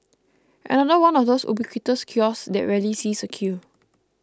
another one of those ubiquitous kiosks that rarely sees a queue